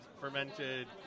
fermented